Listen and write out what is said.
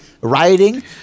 rioting